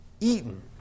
eaten